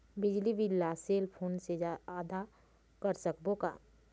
बिजली बिल ला cell phone से आदा कर सकबो का?